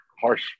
harsh